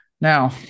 Now